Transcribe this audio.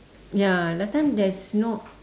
ya last time there's no